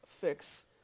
fix